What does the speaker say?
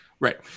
Right